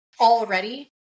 already